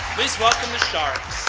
please welcome the sharks.